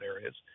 areas